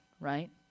right